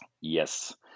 Yes